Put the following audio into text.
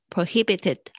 Prohibited